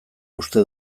uste